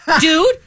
dude